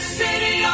city